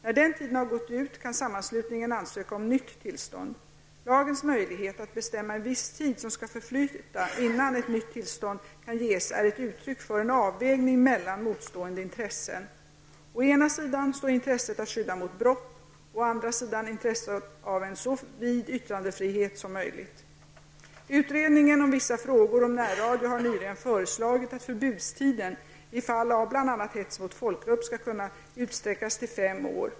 När den tiden har gått ut kan sammanslutningen ansöka om nytt tillstånd. Lagens möjlighet att bestämma en viss tid som skall förflyta innan ett nytt tillstånd kan ges är ett uttryck för en avvägning mellan motstående intressen. Å ena sidan står intresset av skydd mot brott, å den andra intresset av en så vid yttrandefrihet som möjligt. Utredningen om vissa frågor om närradio har nyligen föreslagit att förbudstiden i fall av bl.a. hets mot folkgrupp skall kunna utsträckas till fem år.